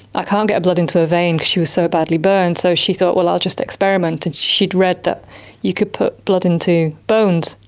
i can't get blood into her vain because she was so badly burnt, so she thought i'll just experiment, and she'd read that you can put blood into bones,